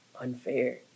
unfair